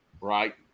right